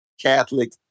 Catholic